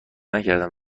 نکردم